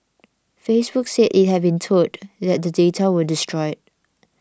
Facebook said it had been told that the data were destroyed